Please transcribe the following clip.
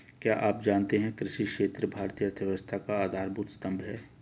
क्या आप जानते है कृषि क्षेत्र भारतीय अर्थव्यवस्था का आधारभूत स्तंभ है?